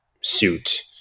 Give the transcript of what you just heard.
suit